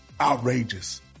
outrageous